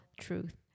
truth